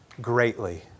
greatly